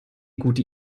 gute